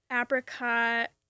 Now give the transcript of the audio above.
Apricot